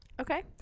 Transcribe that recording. okay